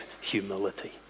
humility